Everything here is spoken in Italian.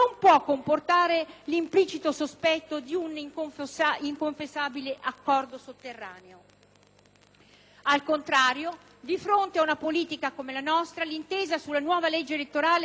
Al contrario, di fronte ad una politica come la nostra, l'intesa sulla nuova legge elettorale per le elezioni europee dovrebbe rappresentare una pietra miliare nella costruzione della democrazia italiana: